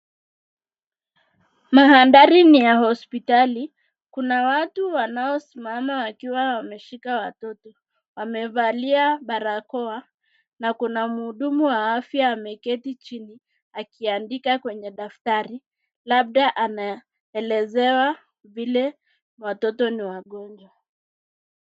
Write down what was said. Mandhari ni ya hospitali. Kuna watu wanaosimama wakiwa wameshika watoto. Wamevalia barakoa na kuna mhudumu wa afya ameketi chini akiandika kwenye daftari, labda anaelezewa vile watoto ni wagonjwa.